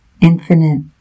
infinite